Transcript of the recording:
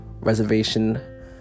reservation